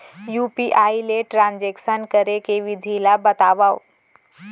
UPI ले transaction करे के विधि ला बतावव?